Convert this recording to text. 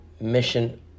mission